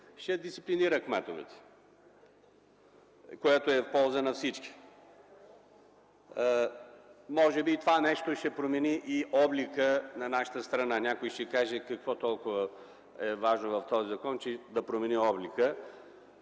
ще дисциплинира кметовете. Това е в полза на всички. Може би това ще промени и облика на нашата страна. Някой ще каже: „Какво е толкова важно в закона, че да промени облика?”.